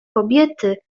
kobiety